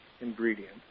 ingredient